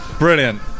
Brilliant